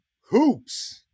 hoops